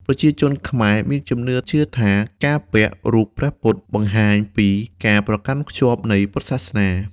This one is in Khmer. ប្រជាជនខ្មែរ មានជំនឿជឿថាការពាក់រូបព្រះពុទ្ធបង្ហាញពីការប្រកាន់ខ្ជាប់នៃពុទ្ធសាសនា។